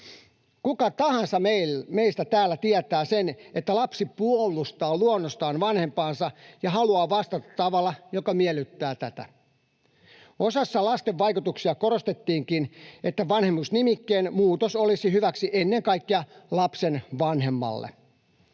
Kuka tahansa meistä täällä tietää, että lapsi puolustaa luonnostaan vanhempaansa ja haluaa vastata tavalla, joka miellyttää tätä. Osassa arvioita korostettiinkin, että vanhemmuusnimikkeen muutos olisi hyväksi ennen kaikkea lapsen vanhemmalle.